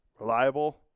reliable